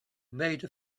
made